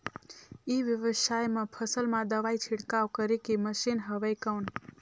ई व्यवसाय म फसल मा दवाई छिड़काव करे के मशीन हवय कौन?